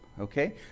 okay